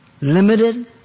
Limited